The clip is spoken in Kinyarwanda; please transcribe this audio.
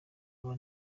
abo